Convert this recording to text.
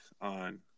on